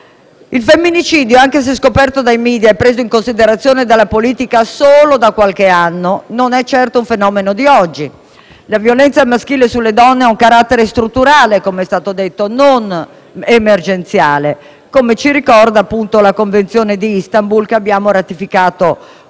Il femminicidio, anche se scoperto dai media e preso in considerazione dalla politica solo da qualche anno, non è certo un fenomeno di oggi. La violenza maschile sulle donne ha un carattere strutturale - come è stato detto - e non emergenziale, come ci ricorda appunto la Convenzione di Istanbul, che abbiamo ratificato